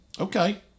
Okay